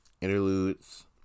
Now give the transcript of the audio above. interludes